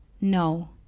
no